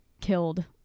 killed